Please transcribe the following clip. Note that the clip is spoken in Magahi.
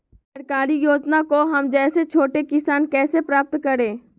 सरकारी योजना को हम जैसे छोटे किसान कैसे प्राप्त करें?